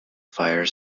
fire